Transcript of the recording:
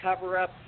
cover-up